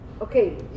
Okay